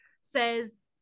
says